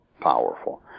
powerful